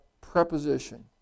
preposition